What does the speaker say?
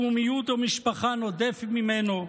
לאומיות או משפחה נודף ממנו.